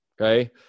Okay